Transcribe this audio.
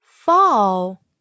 fall